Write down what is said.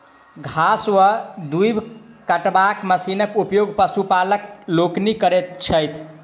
घास वा दूइब कटबाक मशीनक उपयोग पशुपालक लोकनि करैत छथि